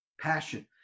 passion